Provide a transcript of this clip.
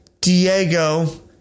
Diego